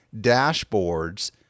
dashboards